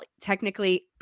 technically